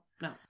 no